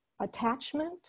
attachment